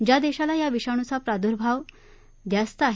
ज्या देशाला या विषाणूचा प्रादुर्भाव जास्त आहे